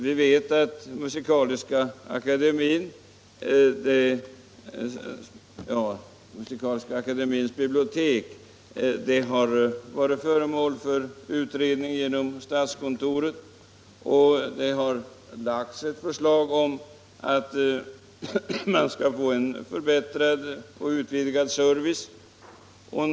Vi vet att Musikaliska akademiens bibliotek varit föremål för utredning genom statskontorets försorg, och det har lagts fram ett förslag om en förbättrad och utvidgad service.